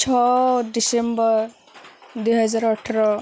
ଛଅ ଡିସେମ୍ବର ଦୁଇହଜାର ଅଠର